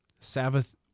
Sabbath